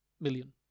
Million